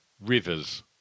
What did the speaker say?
Rivers